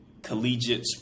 collegiate